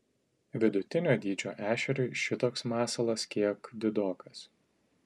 vidutinio dydžio ešeriui šitoks masalas kiek didokas